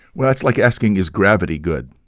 well, that's like asking, is gravity good?